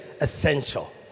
essential